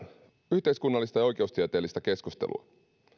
yhteiskunnallista ja oikeustieteellistä keskustelua